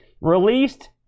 Released